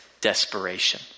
desperation